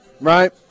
right